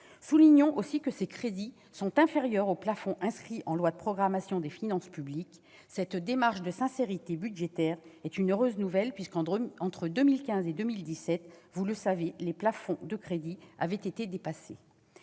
Soulignons aussi que ces crédits sont inférieurs au plafond inscrit en loi de programmation des finances publiques. Cette démarche de sincérité budgétaire est une heureuse nouvelle, puisque, comme vous le savez, mes chers collègues, les plafonds de crédits avaient été dépassés